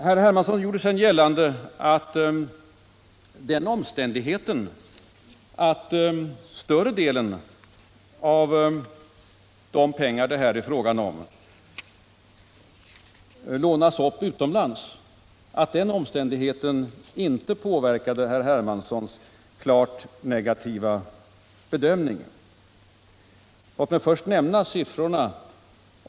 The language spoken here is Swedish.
Herr Hermansson gjorde gällande att den omständigheten att större delen av de pengar det här är fråga om lånas upp utomlands inte spelar någon roll. Pengar som pengar, menar han. Låt mig först nämna några siffror.